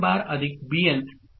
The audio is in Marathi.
Bn' An' Bn'